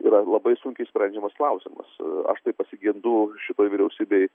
yra labai sunkiai sprendžiamas klausimas aš tai pasigendu šitoj vyriausybėj